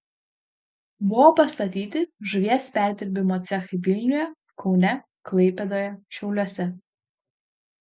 buvo pastatyti žuvies perdirbimo cechai vilniuje kaune klaipėdoje šiauliuose